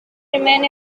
remain